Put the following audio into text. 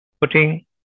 putting